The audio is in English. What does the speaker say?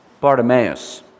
Bartimaeus